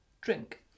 drink